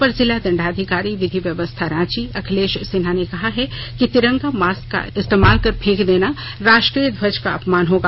अपर जिला दंडाधिकारी विधि व्यवस्था रांची अखिलेश सिन्हा ने कहा है कि तिरंगा मास्क का इस्तेमाल कर फेंक देना राष्ट्रीय ध्वज का अपमान होगा